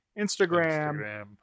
Instagram